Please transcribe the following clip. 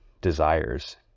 desires